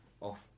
off